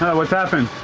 what's happening?